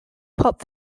pulp